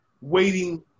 waiting